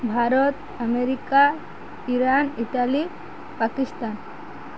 Bharat America Iran Italy Pakistan